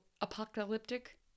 apocalyptic